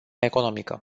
economică